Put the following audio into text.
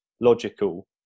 logical